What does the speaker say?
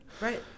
Right